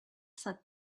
said